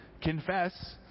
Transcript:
confess